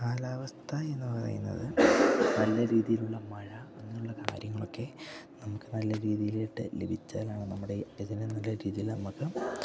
കാലാവസ്ഥ എന്നു പറയുന്നത് നല്ല രീതിയിലുള്ള മഴ അങ്ങനെയുള്ള കാര്യങ്ങളൊക്കെ നമുക്ക് നല്ല രീതിയിലായിട്ട് ലഭിച്ചാലാണ് നമ്മുടെ ഇതിൽ നിന്ന് നല്ല രീതിയിൽ നമുക്ക്